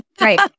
Right